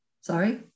Sorry